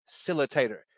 facilitator